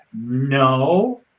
No